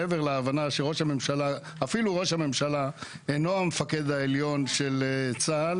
מעבר להבנה שאפילו ראש הממשלה אינו המפקד העליון של צה"ל